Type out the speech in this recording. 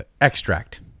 Extract